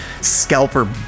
scalper